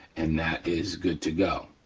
and that is good to go.